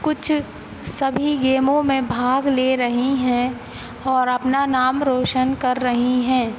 कुछ सभी गेमों में भाग ले रही हैं और अपना नाम रौशन कर रही हैं